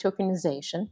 tokenization